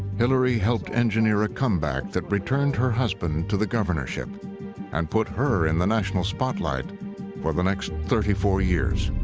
hillary helped engineer a comeback that returned her husband to the governorship and put her in the national spotlight for the next thirty four years.